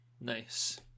nice